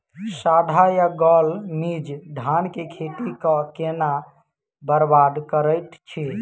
साढ़ा या गौल मीज धान केँ खेती कऽ केना बरबाद करैत अछि?